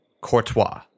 Courtois